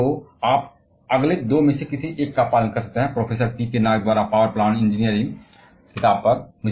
तो आप अगले दो में से किसी का पालन कर सकते हैं प्रोफेसर पी के नाग द्वारा पावर प्लानिंग इंजीनियरिंग पर किताब